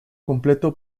completo